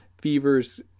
fevers